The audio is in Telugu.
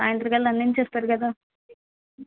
సాయంత్రం కల్లా అందించేస్తారు కదా